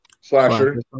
Slasher